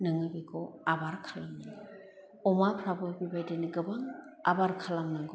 नोङो बेखौ आबार खालायनो अमाफ्राबो बेबायदिनो गोबां आबार खालामनांगौ